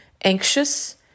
anxious